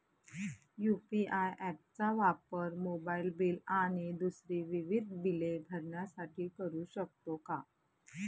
UPI app चा वापर mobile bill आणि दुसरी विविध बिले भरण्यासाठी करू शकतो का?